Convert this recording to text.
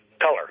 color